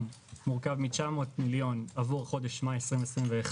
מורכב מ-900 מיליון עבור חודש מאי 2021,